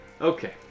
Okay